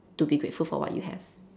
to be grateful for what you have